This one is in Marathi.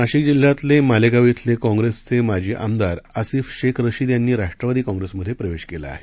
नाशिक जिल्ह्यातले मालेगाव श्रेले काँग्रेसचे माजी आमदार आसिफ शेख रशीद यांनी राष्ट्रवादी काँग्रेसमधे प्रवेश केला आहे